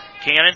Cannon